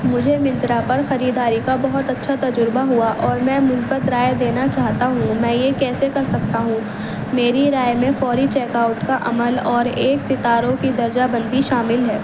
مجھے منترا پر خریداری کا بہت اچھا تجربہ ہوا اور میں مثبت رائے دینا چاہتا ہوں میں یہ کیسے کر سکتا ہوں میری رائے میں فوری چیک آؤٹ کا عمل اور ایک ستاروں کی درجہ بندی شامل ہے